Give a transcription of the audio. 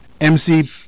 MC